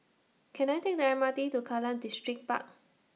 Can I Take The M R T to Kallang Distripark